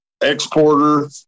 exporter